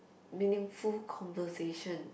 meaningful conversation